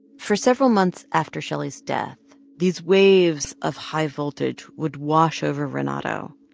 for several months after shelly's death, these waves of high voltage would wash over renato.